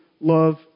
love